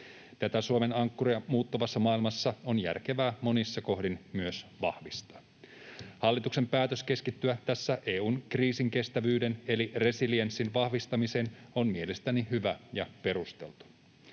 Tätä Suomen ankkuria muuttuvassa maailmassa on järkevää monissa kohdin myös vahvistaa. Hallituksen päätös keskittyä tässä EU:n kriisinkestävyyden eli resilienssin vahvistamiseen on mielestäni hyvä ja perusteltu.